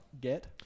get